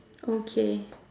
okay